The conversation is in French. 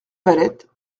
valette